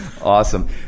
Awesome